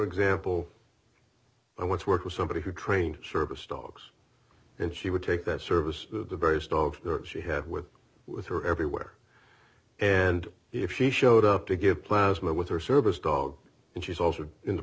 example i once worked with somebody who trained service dogs and she would take that service of the various dogs she had with with her everywhere and if she showed up to give plasma with her service dog and she's also in the